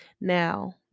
Now